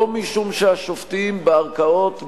לא משום שהשופטים בערכאות,